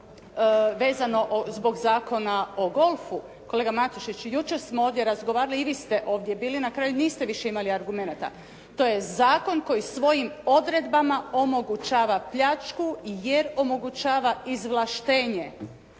vezano zbog Zakona o golfu. Kolega Matušić, jučer smo ovdje razgovarali i vi ste ovdje bili, na kraju niste više imali argumenata. To je zakon koji svojim odredbama omogućava pljačku jer omogućava izvlaštenje.